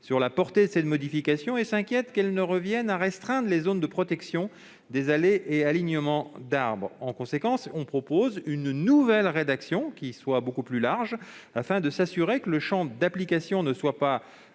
sur la portée de cette modification. Ils s'inquiètent qu'elle ne revienne à restreindre les zones de protection des allées et alignements d'arbres. En conséquence, ils proposent une nouvelle rédaction, plus large, afin de s'assurer que le champ d'application ne soit pas